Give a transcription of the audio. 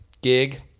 gig